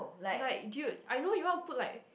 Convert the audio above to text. like dude I know you want to put like